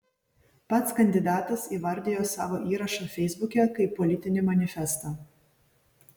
pats kandidatas įvardijo savo įrašą feisbuke kaip politinį manifestą